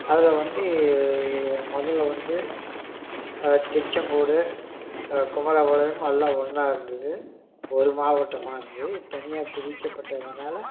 அதில் வந்து முதல்ல வந்து திருச்சங்கோடு குமரபாளையம் எல்லாம் ஒன்னாக இருந்தது ஒரு மாவட்டமாக இருந்து தனியாக பிரிக்கப்பட்டதனால்